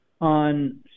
on